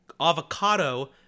avocado